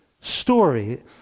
story